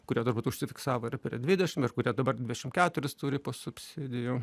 kurie turbūt užsifiksavo ir prie dvidešim ir kurie dabar dvidešim keturis turi po subsidijų